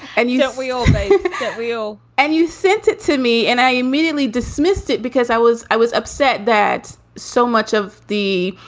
and, you know, we all get real and you sent it to me and i immediately dismissed it because i was i was upset that so much of the,